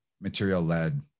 material-led